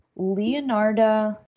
leonarda